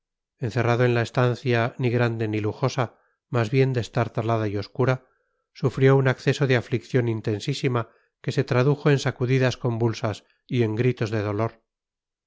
encerrado en la estancia ni grande ni lujosa más bien destartalada y obscura sufrió un acceso de aflicción intensísima que se tradujo en sacudidas convulsas y en gritos de dolor